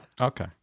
Okay